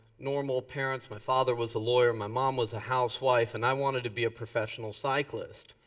normal parents. my father was a lawyer. my mom was a housewife. and i wanted to be a professional cyclist.